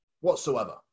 whatsoever